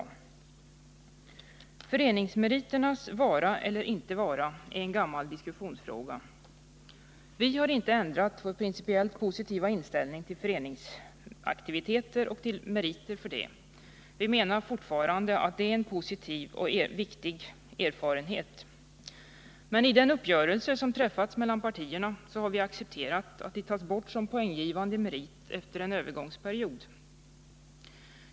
Föreningsmeriternas vara eller icke vara är en gammal diskussionsfråga. Vi har inte ändrat vår principiellt positiva inställning till föreningsaktiviteter och värdering av dem som en merit. Vi menar fortfarande att det är en positiv och viktig erfarenhet. Men i den uppgörelse som träffats mellan partierna har vi accepterat att de tas bort som poänggivande merit efter en övergångsperiod.